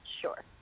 sure